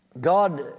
God